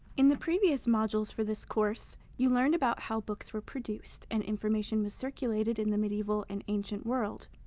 in the previous modules for this course, you learned about how books were produced and information was circulated in the medieval and ancient world.